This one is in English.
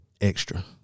extra